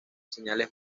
señales